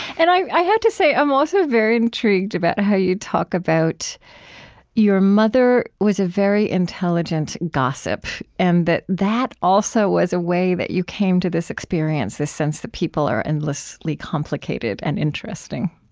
and i have to say, say, i'm also very intrigued about how you talk about your mother was a very intelligent gossip and that that, also, was a way that you came to this experience, this sense that people are endlessly complicated and interesting